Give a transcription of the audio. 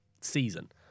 season